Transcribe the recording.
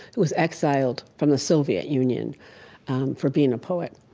who was exiled from the soviet union for being a poet.